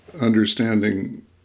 understanding